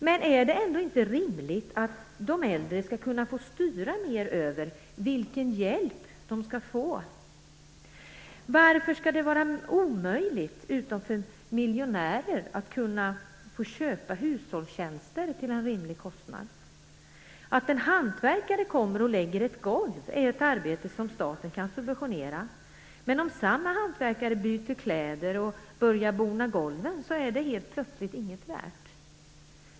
Men är det ändå inte rimligt att de äldre skall kunna få styra mer över vilken hjälp de skall få? Varför skall det vara omöjligt för alla utom för miljonärer att få köpa hushållstjänster till en rimlig kostnad? Att en hantverkare kommer och lägger ett golv är ett arbete som staten kan subventionera. Men om samma hantverkare byter kläder och börjar bona golven så är det plötsligt inget värt.